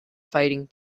fighting